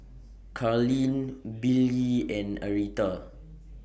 Carleen Billye and Aretha